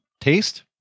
taste